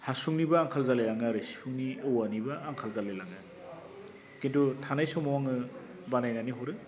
हासुंनिबो आंखाल जालाय लाङो आरो सिफुंनि औवानिबो आंखाल जालाय लाङो खिनथु थानाय समाव आङो बानायनानै हरो